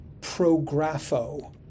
prographo